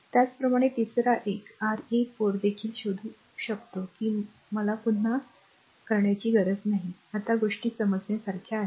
त्याचप्रमाणे तिसरा एक R a 4 देखील शोधू शकतो की मला पुन्हा पुन्हा करण्याची गरज नाही आता गोष्टी समजण्यासारख्या आहेत